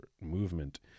movement